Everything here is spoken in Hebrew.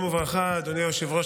ברשות יושב-ראש